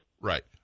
Right